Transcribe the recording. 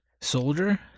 soldier